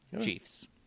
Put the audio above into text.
Chiefs